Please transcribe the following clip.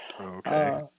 okay